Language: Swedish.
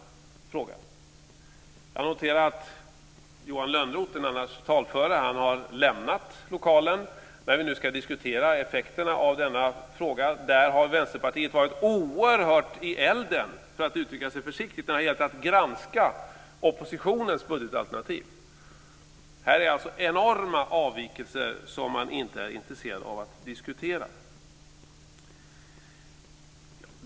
Jag noterar att Johan Lönnroth, som annars är talför, har lämnat lokalen när vi nu ska diskutera effekterna av denna fråga. Vänsterpartiet har varit oerhört i elden, för att uttrycka sig försiktigt, när det har gällt att granska oppositionens budgetalternativ. Här finns det enorma avvikelser som man inte är intresserad av att diskutera.